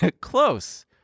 Close